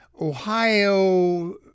Ohio